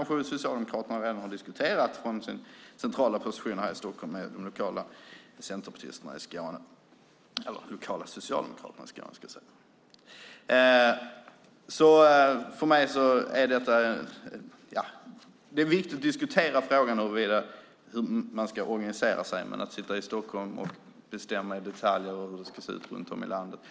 Socialdemokraterna kanske redan har diskuterat det från sin centrala position här i Stockholm med de lokala Socialdemokraterna i Skåne. Det är viktigt att diskutera hur man ska organisera sig, men det är tveksamt om man ska sitta i Stockholm och i detalj bestämma hur det ska se ut runt om i landet.